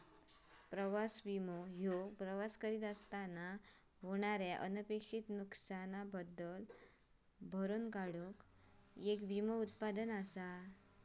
प्रवास विमो ह्यो प्रवास करीत असताना होणारे अनपेक्षित नुसकान भरून काढूक येक विमो उत्पादन असा